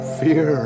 fear